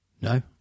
No